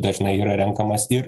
dažnai yra renkamas ir